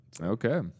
Okay